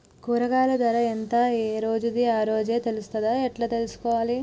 కూరగాయలు ధర ఎంత ఏ రోజుది ఆ రోజే తెలుస్తదా ఎలా తెలుసుకోవాలి?